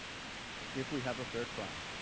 if we have a fair trial.